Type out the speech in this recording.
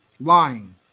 Lying